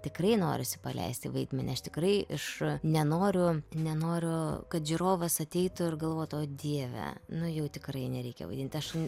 tikrai norisi paleisti vaidmenį aš tikrai aš nenoriu nenoriu kad žiūrovas ateitų ir galvotų o dieve nu jau tikrai nereikia vaidint aš